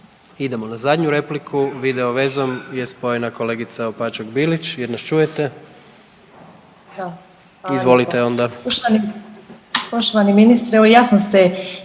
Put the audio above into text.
Idemo na zadnju repliku, video vezom je spojena kolegica Opačak Bilić, jel nas čujete? Izvolite onda. **Opačak Bilić, Marina